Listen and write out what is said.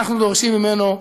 אנחנו דורשים ממנו,